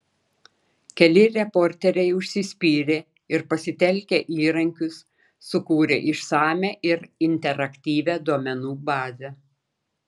keli reporteriai užsispyrė ir pasitelkę įrankius sukūrė išsamią ir interaktyvią duomenų bazę